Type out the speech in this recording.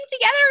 together